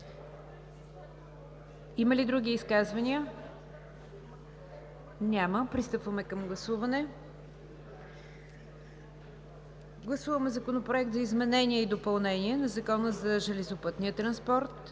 Има ли други изказвания? Няма. Пристъпваме към гласуване на Законопроект за изменение и допълнение на Закона за железопътния транспорт,